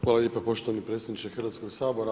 Hvala lijepa poštovani predsjedniče Hrvatskoga sabora.